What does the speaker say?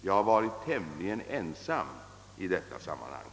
Jag har varit tämligen ensam i detta sammanhang.